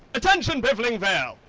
attention piffling vale!